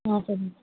okay ma'am